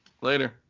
later